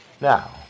Now